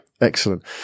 Excellent